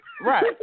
Right